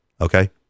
okay